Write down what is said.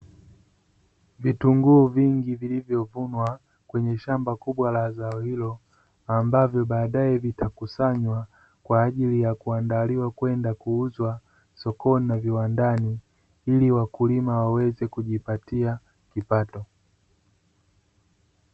Vitunguu vingi vilivyovunwa kwenye shamba kubwa la zao hilo, ambavyo baadaye vitakusanywa kwa ajili ya kuandaliwa kwenda kuuzwa sokoni na viwandani ili wakulima waweze kujipatia kipato.